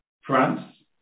France